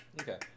Okay